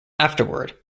afterward